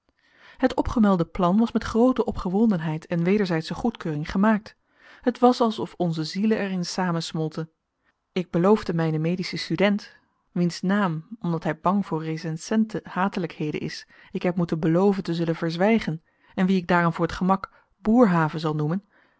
het opgemelde plan was met groote opgewondenheid en wederzijdsche goedkeuring gemaakt het was als of onze zielen er in samensmolten ik beloofde mijnen medischen student wiens naam omdat hij bang voor recensenten hatelijkheden is ik heb moeten beloven te zullen verzwijgen en wien ik daarom voor t gemak boerhave zal noemen